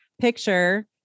picture